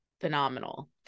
phenomenal